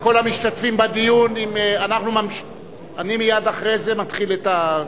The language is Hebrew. כל המשתתפים בדיון, אני מייד אחרי זה מתחיל את,